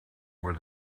were